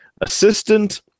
assistant